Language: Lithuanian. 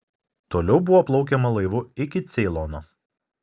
toliau buvo plaukiama laivu iki ceilono